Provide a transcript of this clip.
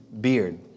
beard